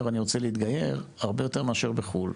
אני רוצה להתגייר הרבה יותר מאשר בחו"ל,